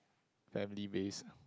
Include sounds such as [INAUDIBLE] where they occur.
family based [BREATH]